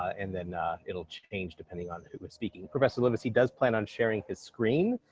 and then it'll change depending on who is speaking. professor livesay does plan on sharing his screen.